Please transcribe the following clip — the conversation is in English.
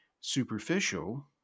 superficial